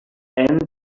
and